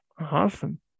Awesome